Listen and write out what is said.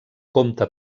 compta